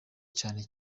cyane